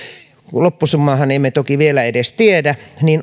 loppusummaahan emme toki vielä edes tiedä niin